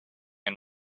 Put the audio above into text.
and